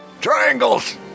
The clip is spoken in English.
triangles